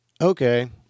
Okay